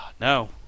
No